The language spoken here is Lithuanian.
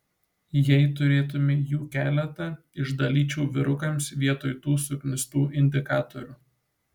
jei turėtumei jų keletą išdalyčiau vyrukams vietoj tų suknistų indikatorių